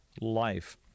life